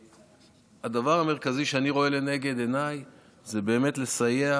הדבר המרכזי שאני רואה לנגד עיניי הוא באמת לסייע